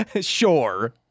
sure